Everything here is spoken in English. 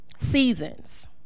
seasons